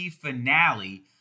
finale